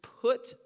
put